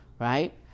right